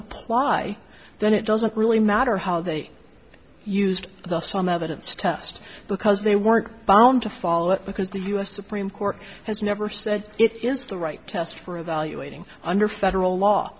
apply then it doesn't really matter how they used the some evidence test because they weren't bound to follow it because the u s supreme court has never said it's the right test for evaluating under federal law